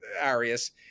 Arius